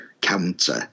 counter